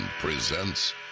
presents